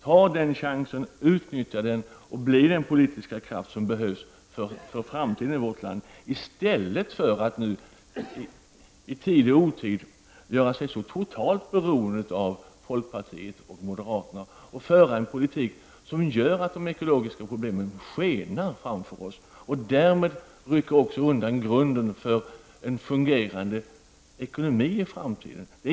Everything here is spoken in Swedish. Ta den chansen, utnyttja den och bli den politiska kraft som behövs för framtiden i vårt land i stället för att nu i tid och otid göra sig totalt beroende av folkpartiet och moderaterna och föra en politik som gör att de ekologiska problemen skenar framför oss. Därmed rycks också grunden för en fungerande ekonomi i framtiden undan.